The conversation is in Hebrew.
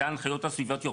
זה הנחיות הסביבתיות.